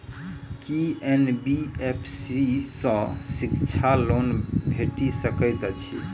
की NBFC सँ शिक्षा loan भेटि सकैत अछि?